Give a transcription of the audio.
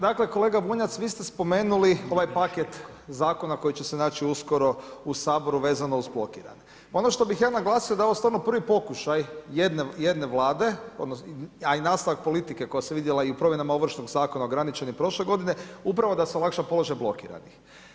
Dakle, kolega Bunjac, vi ste spomenuli ovaj paket zakona, koji će se naći uskoro u Saboru vezano uz … Ono što bi ja naglasio, da je ovo stvarno prvi pokušaj jedne vlade, a i nastavak politike, koja se vidjela i u promjenama Ovršnog zakona, ograničen je prošle godine, upravo da se olakša položaj blokiranih.